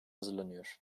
hazırlanıyor